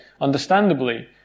understandably